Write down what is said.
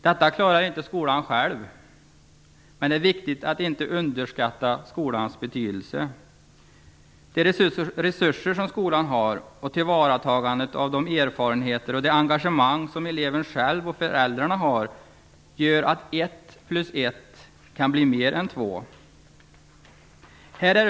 Detta klarar inte skolan själv, men det är viktigt att inte underskatta skolans betydelse. De resurser som skolan har och tillvaratagandet av de erfarenheter och det engagemang som eleven själv och föräldrarna har gör att ett plus ett kan bli mer än två.